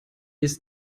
ist